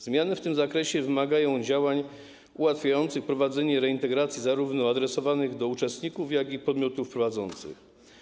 Zmiany w tym zakresie wymagają działań ułatwiających prowadzenie reintegracji adresowanych zarówno do uczestników, jak i do podmiotów prowadzących.